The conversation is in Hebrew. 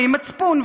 ועם מצפון,